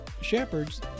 shepherds